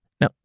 now